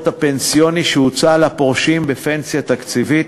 הפנסיוני שהוצע לפורשים בפנסיה תקציבית.